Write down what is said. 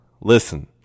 Listen